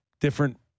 different